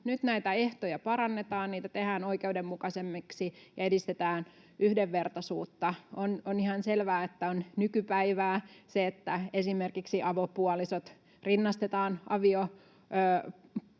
nyt näitä ehtoja parannetaan, niitä tehdään oikeudenmukaisemmiksi ja edistetään yhdenvertaisuutta. On ihan selvää, että on nykypäivää se, että esimerkiksi avopuolisot rinnastetaan aviopuolisoihin,